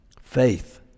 Faith